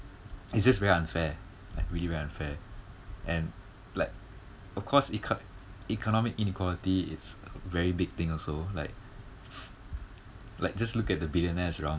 it's just very unfair like really very unfair and like of course econ~ economic inequality it's very big thing also like like just look at the billionaires around